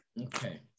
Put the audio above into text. Okay